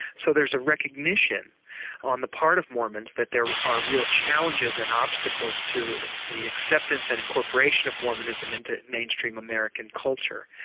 so there's a recognition on the part of mormons that there are real challenges and obstacles to the acceptance and incorporation of mormonism into mainstream american culture.